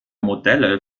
modelle